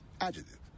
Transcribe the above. Adjective